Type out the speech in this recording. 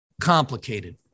complicated